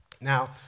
Now